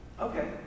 Okay